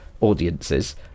audiences